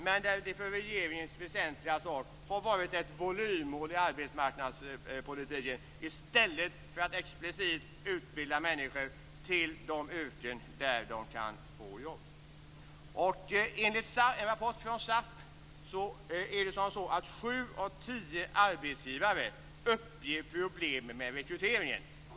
Det väsentliga för regeringen har varit ett volymmål i arbetsmarknadspolitiken, i stället för att explicit utbilda människor till de yrken där de kan få jobb. Enligt en rapport från SAF uppger sig sju av tio arbetsgivare ha problem med rekryteringen.